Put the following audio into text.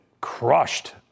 crushed